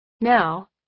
Now